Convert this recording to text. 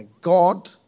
God